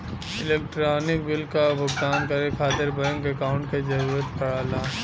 electronic bill क भुगतान करे खातिर बैंक अकांउट क जरूरत पड़ला